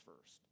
first